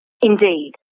Indeed